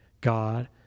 God